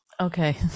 Okay